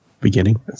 beginning